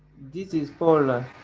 this is paul.